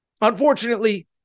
Unfortunately